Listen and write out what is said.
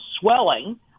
swelling